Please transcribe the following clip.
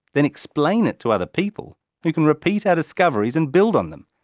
then explain it to other people who can repeat our discoveries and built on them.